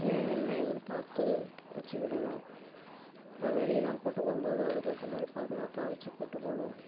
ஏன் என்ன ஏதுன்னு பார்த்து வச்சிக்கிடணும் அப்போ வெளியேலாம் கூட்டு போகும்போது அதுக்கேற்ற மாதிரி பாதுகாப்பாக வச்சி கூட்டு போகணும்